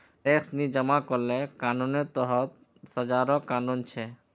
tax नी जमा करले कानूनेर तहत सजारो कानून छेक